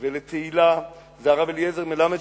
ולתהילה זה הרב אליעזר מלמד,